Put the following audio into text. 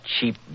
cheap